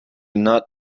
not